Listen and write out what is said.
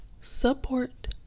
support